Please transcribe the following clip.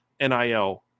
NIL